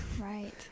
Right